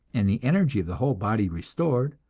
and the energy of the whole body restored,